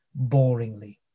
boringly